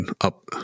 up